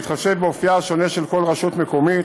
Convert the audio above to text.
בהתחשב באופייה השונה של כל רשות מקומית